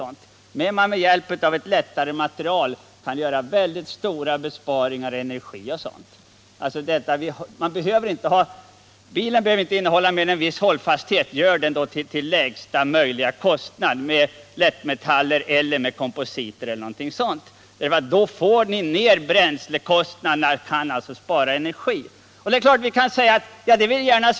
Kanske kan man med hjälp av ett lättare material göra stora besparingar i bl.a. energi. Bilen behöver inte ha mer än en viss hållfasthet. Gör den då lättare, för att få lägsta möjliga bränslekostnad, med hjälp av lättmetaller, kompositer eller något sådant! Då kan man alltså spara energi! Vi kan inte avveckla den kompetens vi har, om vi sedan vill utveckla sådana här system.